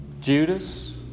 Judas